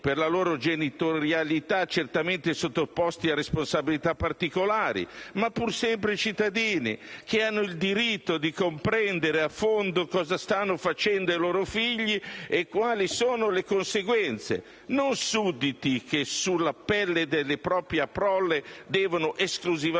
per la loro genitorialità certamente sottoposti a responsabilità particolari, ma pur sempre cittadini che hanno il diritto di comprendere a fondo cosa stanno facendo ai loro figli e quali sono le conseguenze. Non sudditi che sulla pelle della propria prole devono esclusivamente